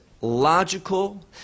logical